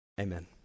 Amen